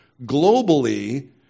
globally